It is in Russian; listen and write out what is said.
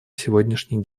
сегодняшний